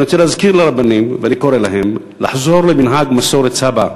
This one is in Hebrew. אני רוצה להזכיר לרבנים ואני קורא להם לחזור למנהג מסורת סבא,